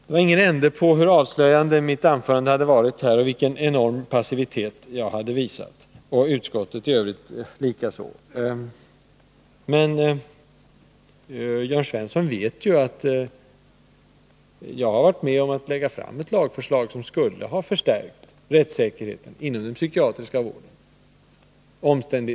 Det var ingen ände på hur avslöjande mitt anförande hade varit och vilken enorm passivitet vi i utskottet hade visat. Men Jörn Svensson vet ju att jag har varit med om att lägga fram ett lagförslag, som skulle ha förstärkt rättssäkerheten inom den psykiatriska vården.